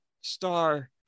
star